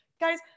Guys